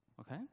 okay